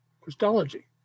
Christology